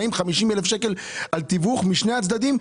40,000 או 50,000 שקל על תיווך משני הצדדים.